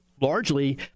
largely